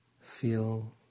feel